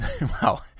Wow